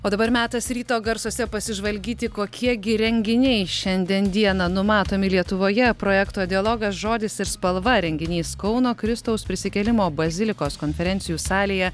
o dabar metas ryto garsuose pasižvalgyti kokie gi renginiai šiandien dieną numatomi lietuvoje projekto dialogas žodis ir spalva renginys kauno kristaus prisikėlimo bazilikos konferencijų salėje